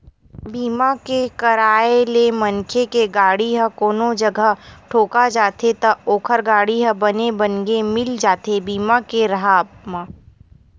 बीमा के कराय ले मनखे के गाड़ी ह कोनो जघा ठोका जाथे त ओखर गाड़ी ह बने बनगे मिल जाथे बीमा के राहब म